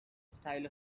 style